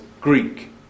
Greek